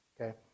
Okay